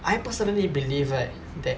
I personally believe right that